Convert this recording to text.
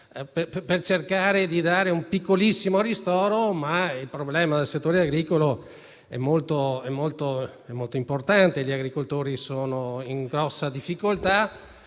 per cercare di dare un piccolissimo ristoro, ma il problema del settore agricolo è molto rilevante. Gli agricoltori sono in grave difficoltà.